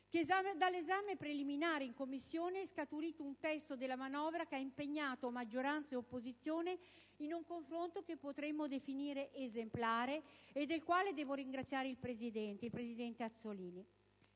dall'esame preliminare in Commissione è scaturito un testo della manovra che ha impegnato maggioranza ed opposizione in un confronto che potremmo definire esemplare e del quale devo ringraziare il presidente Azzollini.